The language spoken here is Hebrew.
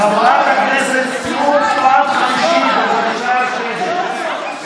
חבר הכנסת טיבי, חברת הכנסת סטרוק, בבקשה לשבת.